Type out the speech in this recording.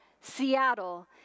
Seattle